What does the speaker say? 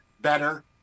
better